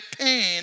pain